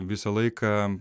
visą laiką